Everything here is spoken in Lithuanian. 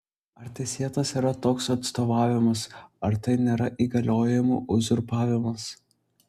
ar teisėtas yra toks atstovavimas ar tai nėra įgaliojimų uzurpavimas